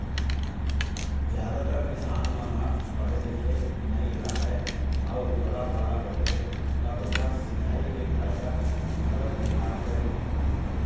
जादातर किसान मन ह पड़हे लिखे नइ राहय अउ भोलाभाला होथे त ओखर सिधई के फायदा घलोक उठाथें